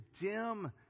dim